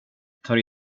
tar